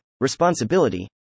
responsibility